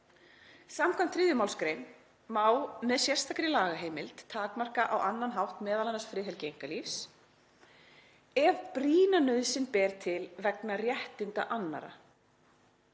Samkvæmt 3. mgr. má með sérstakri lagaheimild takmarka á annan hátt m.a. friðhelgi einkalífs ef brýna nauðsyn ber til vegna réttinda annarra.